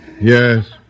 Yes